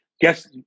guess